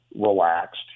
relaxed